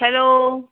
hello